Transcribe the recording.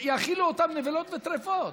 יאכילו אותם נבלות וטרפות.